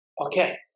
Okay